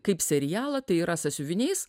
kaip serialą tai yra sąsiuviniais